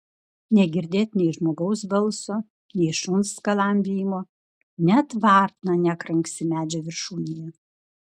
negirdėt nei žmogaus balso nei šuns skalambijimo net varna nekranksi medžio viršūnėje